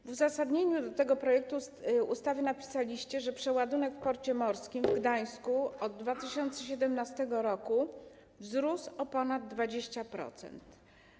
W uzasadnieniu tego projektu ustawy napisaliście, że przeładunek w porcie morskim w Gdańsku od 2017 r. wzrósł o ponad 20%.